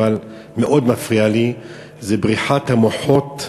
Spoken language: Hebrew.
אבל מאוד מפריע לי עניין בריחת המוחות,